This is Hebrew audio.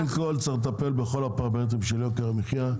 קודם כל צריך לטפל בכל הפרמטרים של יוקר המחיה,